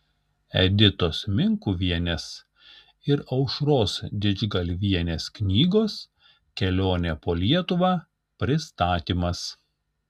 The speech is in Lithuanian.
editos minkuvienės ir aušros didžgalvienės knygos kelionė po lietuvą pristatymas